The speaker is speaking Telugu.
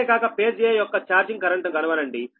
అంతేకాక ఫేజ్ a యొక్క ఛార్జింగ్ కరెంటును కనుగొనండి